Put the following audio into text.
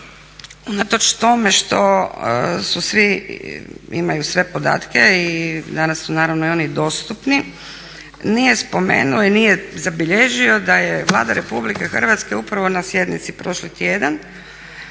unatoč tome što su svi, imaju sve podatke i danas su naravno i oni dostupni nije spomenuo i nije zabilježio da je Vlada RH upravo na sjednici prošli tjedan